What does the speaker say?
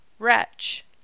Wretch